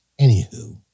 Anywho